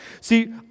See